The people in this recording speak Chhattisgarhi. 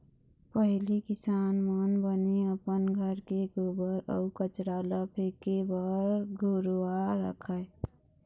पहिली किसान मन बने अपन घर के गोबर अउ कचरा ल फेके बर घुरूवा रखय